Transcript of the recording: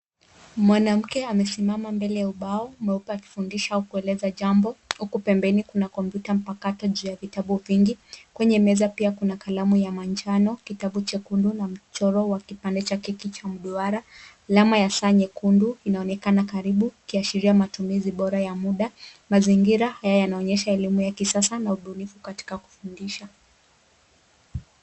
Mwanamke amesimama mbele ya ubao mweupe huku akifundisha au kueleza jambo huku pembeni kuna kompyuta mpakato juu ya vitabu vingi. Kwenye meza pia kuna kalamu ya manjano kitabu chekundu na mchoro wa kipande cha keki cha mduara. Alama ya saa nyekundu inaonekana karibu ikiashiria matumizi bora ya muda. Mazingira haya yanaonyesha elimu ya kisasa na ubunifu katika kufundisha.